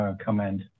comment